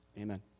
Amen